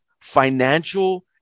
financial